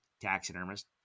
taxidermist